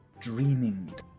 dreaming